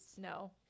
no